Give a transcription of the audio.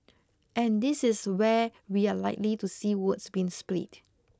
and this is where we are likely to see votes being split